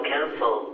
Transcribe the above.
Council